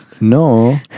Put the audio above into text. No